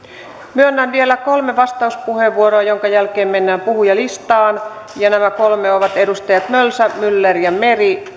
myönnän vielä kolme vastauspuheenvuoroa joiden jälkeen mennään puhujalistaan ja nämä kolme ovat edustajat mölsä myller ja meri